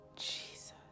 Jesus